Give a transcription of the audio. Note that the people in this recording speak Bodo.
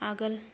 आगोल